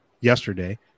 yesterday